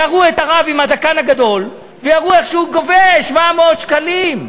יראו את הרב עם הזקן הגדול ויראו איך הוא גובה 700 שקלים,